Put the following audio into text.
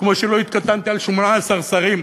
כמו שלא התקטננתי על 18 שרים,